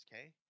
okay